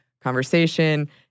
conversation